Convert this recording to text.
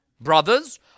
Brothers